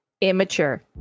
immature